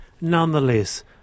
Nonetheless